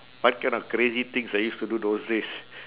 what kind of crazy things I used to do those days